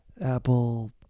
Apple